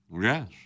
Yes